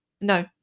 No